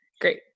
Great